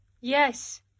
Yes